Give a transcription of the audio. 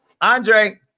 Andre